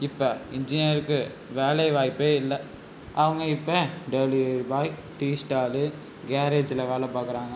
இப்போ இன்ஜினியருக்கு வேலை வாய்ப்பே இல்லை அவங்க இப்போ டெலிவரி பாய் டீ ஸ்டால் கேரேஜில் வேலை பார்க்கறாங்க